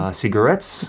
cigarettes